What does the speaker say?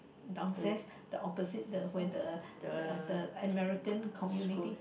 downstairs the opposite the where the the American community